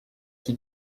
qui